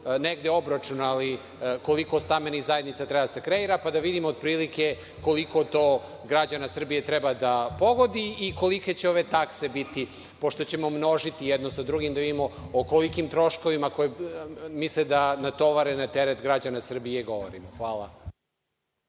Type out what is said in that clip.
negde obračunali koliko stambenih zajednica treba da se kreira, pa da vidimo otprilike koliko to građana Srbije treba da pogodi i kolike će ove takse biti? Pošto ćemo množiti jedno sa drugim, da vidimo kolike troškove misle da natovare na teret građana Srbije. Hvala.